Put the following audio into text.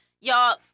y'all